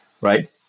right